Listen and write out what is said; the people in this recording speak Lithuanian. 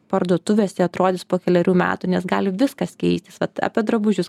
parduotuvėse atrodys po kelerių metų nes gali viskas keistis vat apie drabužius